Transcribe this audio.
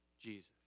Jesus